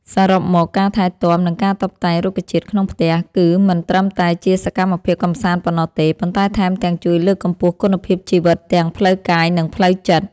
សរុបមក ការថែទាំ និងការតុបតែងរុក្ខជាតិក្នុងផ្ទះគឺមិនត្រឹមតែជាសកម្មភាពកម្សាន្តប៉ុណ្ណោះទេ ប៉ុន្តែថែមទាំងជួយលើកកម្ពស់គុណភាពជីវិតទាំងផ្លូវកាយ និងផ្លូវចិត្ត។